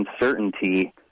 uncertainty